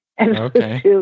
Okay